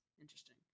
interesting